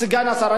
סגן השר,